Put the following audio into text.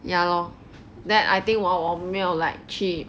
ya lor that I think 我没有 like 去